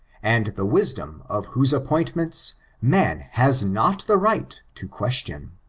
and the wisdom of whose appointments man has not the right to ques tion.